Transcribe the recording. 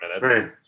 Right